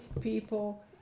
people